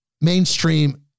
mainstream